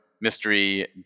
mystery